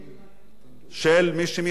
של מי שמייצר תקשורת כאן.